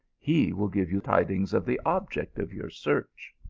he will give you tidings of the object of your search.